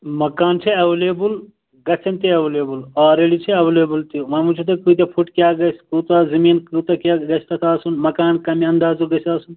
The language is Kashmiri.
مکان چھُ اٮ۪ولیبٕل گَژھن تہِ اٮ۪ولیبٕل آلرٮ۪ڈی چھِ اٮ۪ولیبٕل تہِ وۄںۍ وٕچھُو تُہۍ کۭتیٛاہ فٕٹ کیٛاہ گَژھِ کۭژاہ زٔمیٖن کۭژاہ کیٛاہ حظ گَژھِ تَتھ آسُن مکان کَمہِ اَندازُک گَژھِ آسُن